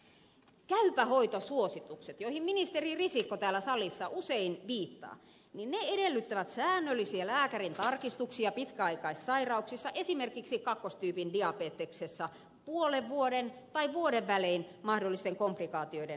käypä hoito suositukset joihin ministeri risikko täällä salissa usein viittaa edellyttävät säännöllisiä lääkärintarkistuksia pitkäaikaissairauksissa esimerkiksi kakkostyypin diabeteksessa puolen vuoden tai vuoden välein mahdollisten komplikaatioiden havaitsemiseksi